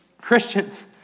Christians